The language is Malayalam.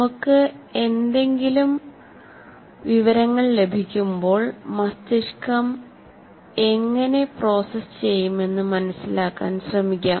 നമുക്ക് എന്തെങ്കിലും വിവരങ്ങൾ ലഭിക്കുമ്പോൾ മസ്തിഷ്കം എങ്ങനെ പ്രോസസ്സ് ചെയ്യുമെന്ന് മനസിലാക്കാൻ ശ്രമിക്കാം